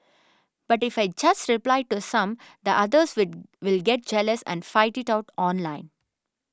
but if I just reply to some the others will will get jealous and fight it out online